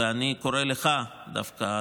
ואני קורא לך דווקא,